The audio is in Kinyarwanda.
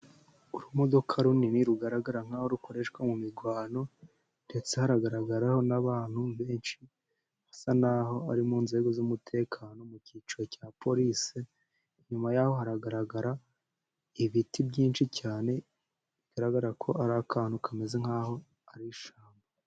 Urumodoka runini rugaragara nk' aho rukoreshwa mu mirwano ndetse haragaragaraho n'abantu benshi basa naho' ari mu nzego z'umutekano, mu cyiciro cya polisi . Inyuma y'aho hagaragara ibiti byinshi cyane, bigaragara ko ari akantu kameze nk'aho ari ishyamba.